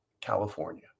California